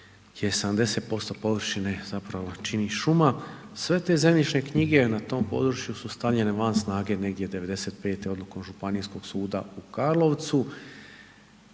gdje 70% površine zapravo čini šuma, sve te zemljišne knjige na tom području su stavljene van snage negdje '95. odlukom županijskog suda u Karlovcu